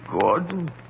Gordon